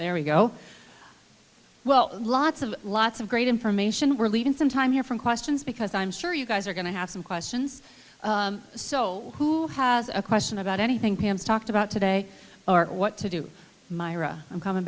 there we go well lots of lots of great information we're leaving some time here from questions because i'm sure you guys are going to have some questions so who has a question about anything pam's talked about today are what to do myra i'm coming